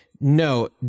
No